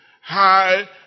High